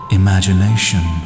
imagination